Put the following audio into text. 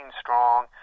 strong